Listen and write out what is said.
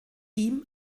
ihm